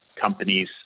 companies